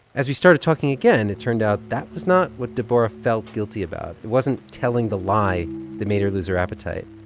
as we started talking again, it turned out that was not what deborah felt guilty about. it wasn't telling the lie that made her lose her appetite.